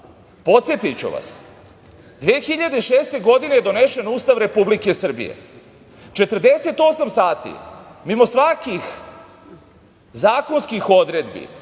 vas, 2006. godine je donesen Ustav Republike Srbije, 48 sati mimo svakih zakonskih odredbi,